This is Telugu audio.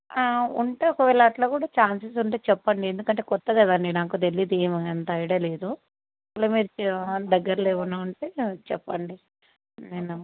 ఉంటే ఒకవేళ అట్లా కూడా ఛాన్సెస్ ఉంటే చెప్పండి ఎందుకంటే కొత్త కదా నాకు తెలియదు ఏమి అంత ఐడియా లేదు మీరు దగ్గరలో ఏమన్న ఉంటే చెప్పండి